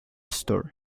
store